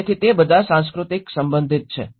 તેથી તે બધા સાંસ્કૃતિક સંબંધિત છે